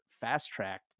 fast-tracked